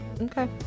Okay